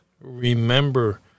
remember